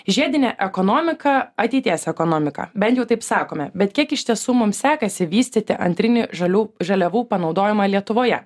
žiedinė ekonomika ateities ekonomika bent jau taip sakome bet kiek iš tiesų mums sekasi vystyti antrinį žalių žaliavų panaudojimą lietuvoje